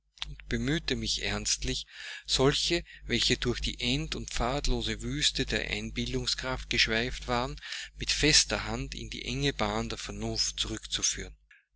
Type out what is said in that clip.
bemühte mich ernstlich solche welche durch die end und pfadlose wüste der einbildungskraft geschweift waren mit fester hand in die enge bahn der vernunft zurückzuführen